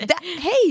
Hey